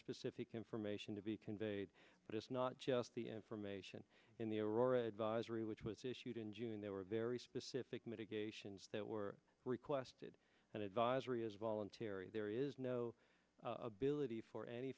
specific information to be conveyed but it's not just the information in the or advisory which was issued in june they were very specific mitigations that were requested and advisory is voluntary there is no ability for any